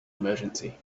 emergency